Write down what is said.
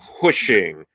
pushing